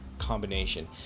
combination